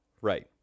right